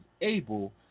able